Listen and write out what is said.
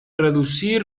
reducir